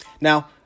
Now